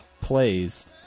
plays